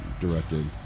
directed